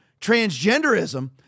transgenderism